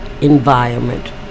environment